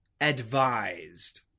advised